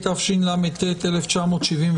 התשל"ט-1979.